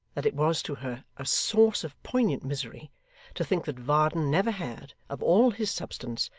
that it was to her a source of poignant misery to think that varden never had, of all his substance,